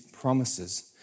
promises